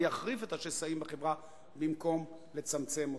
ויחריף את השסעים בחברה במקום לצמצם אותם.